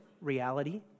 reality